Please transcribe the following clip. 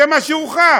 זה מה שהוכח,